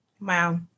wow